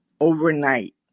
overnight